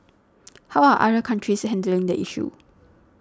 how are other countries handling the issue